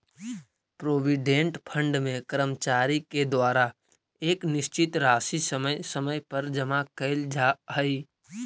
provident fund में कर्मचारि के द्वारा एक निश्चित राशि समय समय पर जमा कैल जा हई